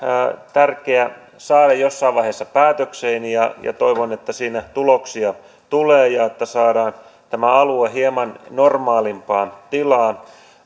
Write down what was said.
tärkeää saada jossain vaiheessa päätökseen ja ja toivon että siinä tuloksia tulee ja että saadaan tämä alue hieman normaalimpaan tilaan